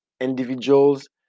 individuals